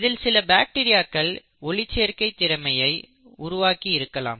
இதில் சில பாக்டீரியாக்கள் ஒளிச்சேர்க்கை திறமையை உருவாக்கியிருக்கலாம்